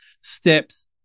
steps